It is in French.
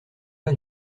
pas